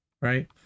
right